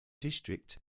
district